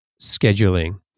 scheduling